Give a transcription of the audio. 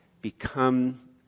become